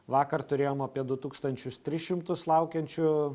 vakar turėjom apie du tūkstančius tris šimtus laukiančių